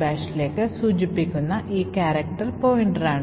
bash" ലേക്ക് സൂചിപ്പിക്കുന്ന ഈ ക്യാരക്ടർ പോയിന്റാണ്